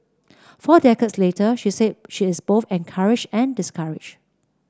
four decades later she said she is both encouraged and discouraged